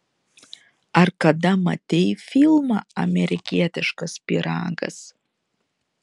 ar kada matei filmą amerikietiškas pyragas